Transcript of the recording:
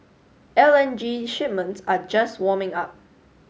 L N G shipments are just warming up